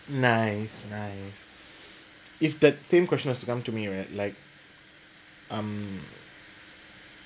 nice nice if that same question was to come to me right like um